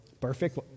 Perfect